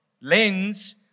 Lens